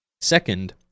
Second